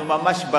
אנחנו ממש,